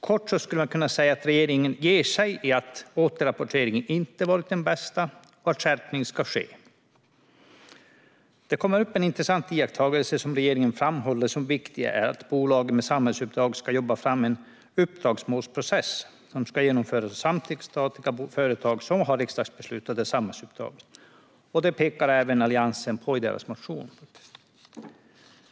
Kort skulle man kunna säga att regeringen ger sig i fråga om att återrapporteringen inte har varit den bästa och att skärpning ska ske. Det kommer upp en intressant iakttagelse som regeringen framhåller som viktig: att bolag med samhällsuppdrag ska jobba fram en uppdragsmålsprocess som ska genomföras för samtliga statliga företag som har riksdagsbeslutade samhällsuppdrag. Detta pekar även Alliansen på i sin motion.